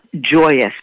joyous